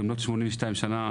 במלאת 82 שנה,